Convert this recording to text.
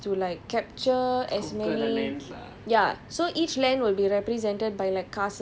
starks so each of us take one house and then the objective is to like